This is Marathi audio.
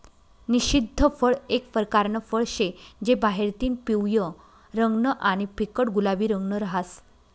निषिद्ध फळ एक परकारनं फळ शे जे बाहेरतीन पिवयं रंगनं आणि फिक्कट गुलाबी रंगनं रहास